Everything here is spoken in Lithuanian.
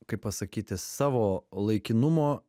kaip pasakyti savo laikinumo